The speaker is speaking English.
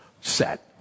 set